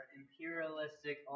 imperialistic